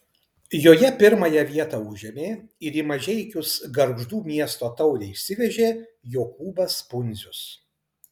joje pirmąją vietą užėmė ir į mažeikius gargždų miesto taurę išsivežė jokūbas pundzius